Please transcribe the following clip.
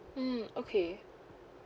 mm okay